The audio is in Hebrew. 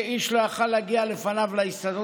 שאיש לא יכול היה להגיע לפניו להסתדרות,